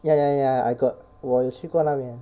ya ya ya I got 我有去过那边